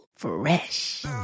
Fresh